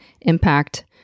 impact